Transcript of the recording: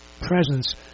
presence